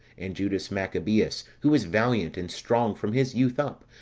and judas machabeus, who is valiant and strong from his youth up,